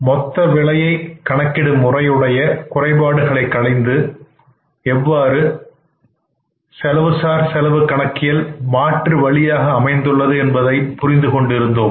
மொத்தவிலை கணக்கிடும் முறையுடைய குறைபாடுகளை களைந்து எவ்வாறு செலவு கணக்கியல் மாற்று வழியாக அமைந்துள்ளது என்பதை புரிந்து கொண்டிருக்கிறோம்